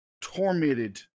tormented